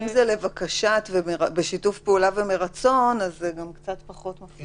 כי אם זה בשיתוף פעולה ומרצון אז זה פחות מפריע.